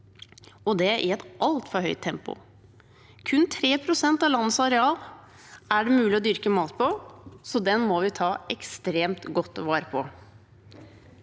og det i et altfor høyt tempo. Kun 3 pst. av landets areal er det mulig å dyrke mat på, så matjorda må vi ta ekstremt godt vare på.